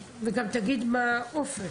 וגם תגיד מה האופק.